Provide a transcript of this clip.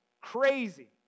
crazy